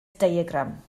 diagram